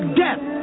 death